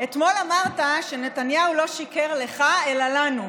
אתמול אמרת שנתניהו לא שיקר לך אלא לנו.